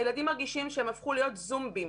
הילדים מרגישים שהם הפכו להיות זומבים,